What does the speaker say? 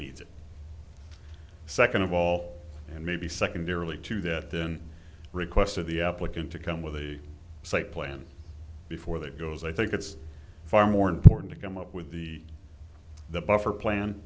needs second of all and maybe secondarily to that then request of the applicant to come with a site plan before that goes i think it's far more important to come up with the the buffer plan